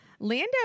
Lando